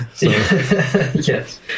Yes